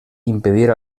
impedir